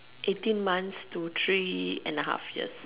eighteen months to three and a half years